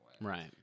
Right